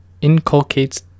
inculcates